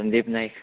Sandeep Naik